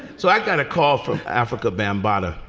so i got a call from afrika bambaataa.